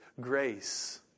grace